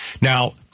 Now